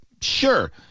Sure